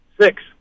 Six